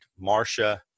Marsha